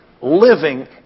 living